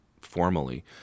formally